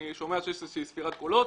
אני שומע שיש איזושהי ספירת קולות,